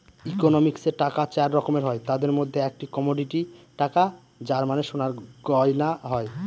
ইকোনমিক্সে টাকা চার রকমের হয় তাদের মধ্যে একটি কমোডিটি টাকা যার মানে সোনার গয়না হয়